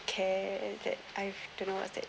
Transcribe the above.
care and that I've to know what's that